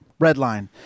redline